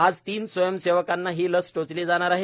आज तीन स्वयंसेवकांना ही लस टोचली जाणार आहे